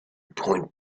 point